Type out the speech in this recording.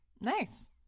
nice